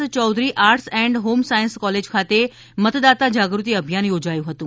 Chaudhary arts and home science college ખાતે મતદાતા જાગૃતિ અભિયાન યોજાયું હતું